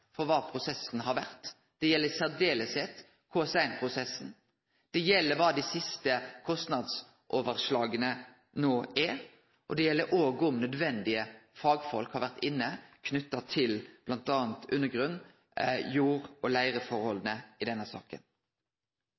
for kva prosessen har vore. Det gjeld særleg KS1-prosessen, det gjeld kva dei siste kostnadsoverslaga no er, og det gjeld òg om nødvendige fagfolk har vore inne knytt til bl.a. grunn-, jord- og leireforholda i denne saka.